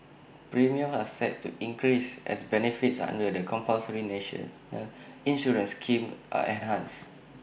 premiums are set to increase as benefits under the compulsory national insurance scheme are enhanced